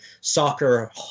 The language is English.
soccer